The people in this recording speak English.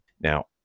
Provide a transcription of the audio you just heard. now